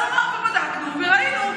בדקנו וראינו.